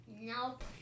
Nope